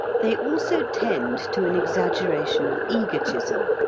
they also tend to an exaggeration of egotism,